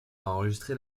enregistré